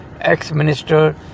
ex-minister